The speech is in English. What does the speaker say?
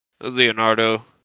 Leonardo